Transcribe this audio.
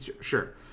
Sure